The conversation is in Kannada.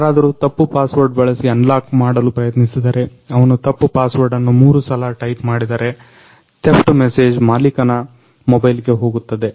ಯಾರಾದ್ರು ತಪ್ಪು ಪಾಸ್ವರ್ಡ್ ಬಳಸಿ ಅನ್ಲಾಕ್ ಮಾಡಲು ಪ್ರಯತ್ನಿಸದರೆ ಅವನು ತಪ್ಪು ಪಾಸ್ವರ್ಡ್ ಅನ್ನು ಮೂರು ಸಲ ಟೈಪ್ ಮಾಡಿದರೆ ತೆಫ್ಟ್ ಮೇಸೇಜು ಮಾಲಿಕನ ಮೊಬೈಲಿಗೆ ಹೋಗುತ್ತದೆ